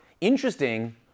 Interesting